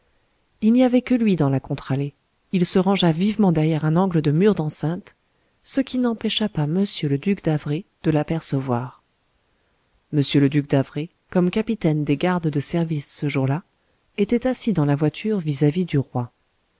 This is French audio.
il n'y avait que lui dans la contre-allée il se rangea vivement derrière un angle de mur d'enceinte ce qui n'empêcha pas mr le duc d'havré de l'apercevoir mr le duc d'havré comme capitaine des gardes de service ce jour-là était assis dans la voiture vis-à-vis du roi